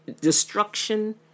destruction